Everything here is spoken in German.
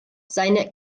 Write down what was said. seine